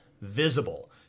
visible